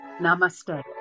Namaste